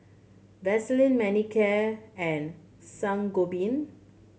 Vaselin Manicare and Sangobion